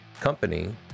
company